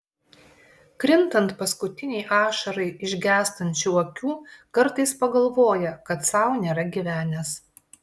krintant paskutinei ašarai iš gęstančių akių kartais pagalvoja kad sau nėra gyvenęs